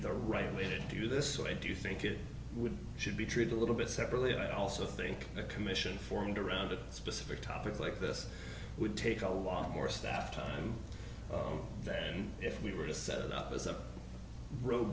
the right way to do this so i do think it would should be treated a little bit separately and i also think the commission formed around a specific topic like this would take a lot more staff time than if we were to set it up as a ro